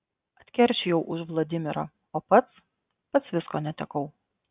atkeršijau už vladimirą o pats pats visko netekau